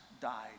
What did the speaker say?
died